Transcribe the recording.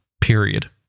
period